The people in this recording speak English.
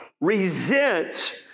resents